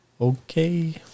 Okay